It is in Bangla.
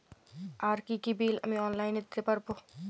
আর কি কি বিল আমি অনলাইনে দিতে পারবো?